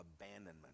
abandonment